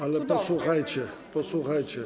Ale posłuchajcie, posłuchajcie.